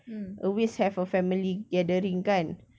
always have uh family gathering kan